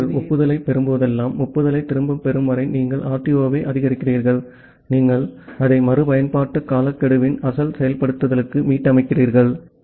ஆகவே நீங்கள் ஒப்புதலைப் பெறும்போதெல்லாம் ஒப்புதலைத் திரும்பப் பெறும் வரை நீங்கள் ஆர்டிஓவை அதிகரிக்கிறீர்கள் நீங்கள் அதை மறுபயன்பாட்டு காலக்கெடுவின் அசல் செயல்படுத்தலுக்கு மீட்டமைக்கிறீர்கள்